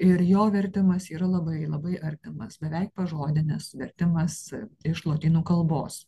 ir jo vertimas yra labai labai artimas beveik pažodinis vertimas iš lotynų kalbos